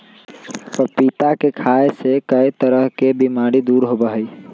पपीता के खाय से कई तरह के बीमारी दूर होबा हई